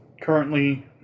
currently